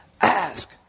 ask